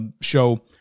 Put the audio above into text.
show